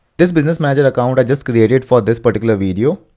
this business manager account i just created for this particular video.